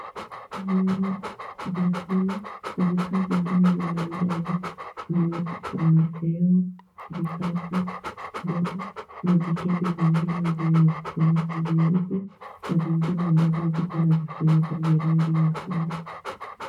Viungo, vyakula na vifaa vingine vya maridadi vimewekwa kwenye teo, vikapu, ndoo na vikebe vingine vyenye vifuniko vyeupe na vingine ambavyo vikona vifuniko vya rangi nyekundu.